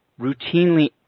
routinely